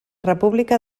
república